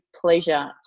pleasure